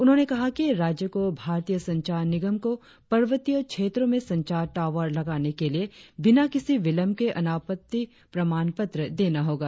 उन्होंने कहा कि राज्यों को भारतीय संचार निगम को पर्वतीय क्षेत्रों में संचार टॉवर लगाने के लिए बिना किसी विलंब के अनापत्ति प्रमाण पत्र देना होगा